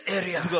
area